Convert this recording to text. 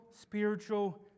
spiritual